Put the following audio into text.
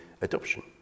adoption